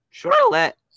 Charlotte